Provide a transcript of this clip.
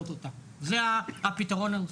זה הפתרון הנוסף.